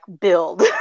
build